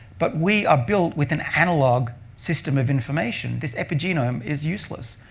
but we are built with an analog system of information. this epigenome is useless,